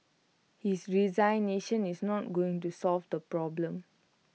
his resignation is not going to solve the problem